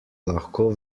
lahko